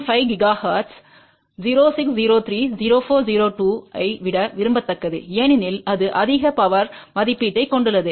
5 gigahertz 0603 0402 ஐ விட விரும்பத்தக்கது ஏனெனில் இது அதிக பவர் மதிப்பீட்டைக் கொண்டுள்ளது